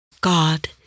God